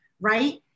right